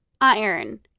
iron